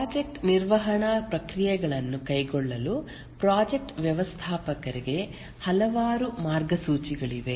project ನಿರ್ವಹಣಾ ಪ್ರಕ್ರಿಯೆಗಳನ್ನು ಕೈಗೊಳ್ಳಲು ಪ್ರಾಜೆಕ್ಟ್ ವ್ಯವಸ್ಥಾಪಕರಿಗೆ ಹಲವಾರು ಮಾರ್ಗಸೂಚಿಗಳಿವೆ